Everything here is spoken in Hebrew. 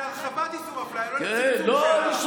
חברת הכנסת בן ארי, למה נתניהו התנגד?